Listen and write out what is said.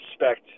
respect